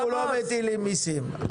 אנחנו לא מטילים מסים.